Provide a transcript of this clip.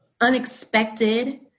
unexpected